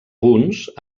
punts